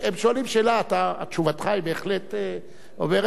תשובתך בהחלט אומרת שאין כאן כוונה.